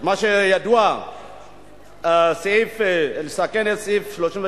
סעיף 33 בסעיף 249: